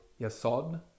yasod